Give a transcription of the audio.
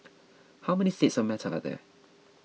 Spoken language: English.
how many states of matter are there